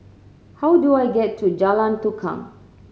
how do I get to Jalan Tukang